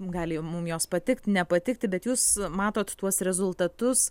gali mum jos patikt nepatikti bet jūs matot tuos rezultatus